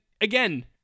again